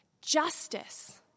Justice